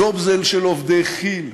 ג'וב זה אלה של עובדי כי"ל.